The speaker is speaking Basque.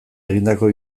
egindako